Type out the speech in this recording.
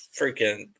freaking